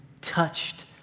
touched